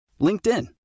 LinkedIn